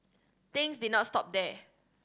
things did not stop there